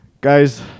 Guys